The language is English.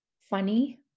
funny